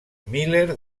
miller